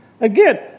Again